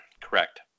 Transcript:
Correct